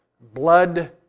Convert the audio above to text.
blood